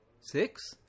Six